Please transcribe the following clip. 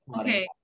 okay